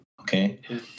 Okay